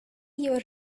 your